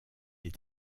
est